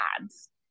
ads